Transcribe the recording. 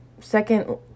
second